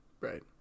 Right